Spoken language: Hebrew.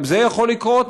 גם זה יכול לקרות,